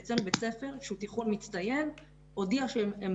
בית ספר שהוא תיכון מצטיין הודיע שהם